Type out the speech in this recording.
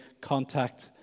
contact